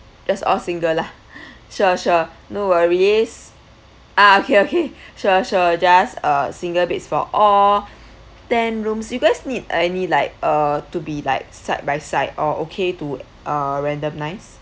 that's all single lah sure sure no worries ah okay okay sure sure just a single beds for all ten rooms you guys need any like uh to be like side by side or okay to uh randomize